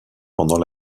pendant